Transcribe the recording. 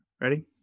Ready